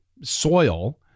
soil